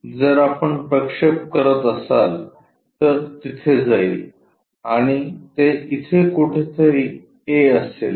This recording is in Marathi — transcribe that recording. जर आपण प्रक्षेप करत असाल तर तिथे जाईल आणि ते इथे कुठेतरी a असेल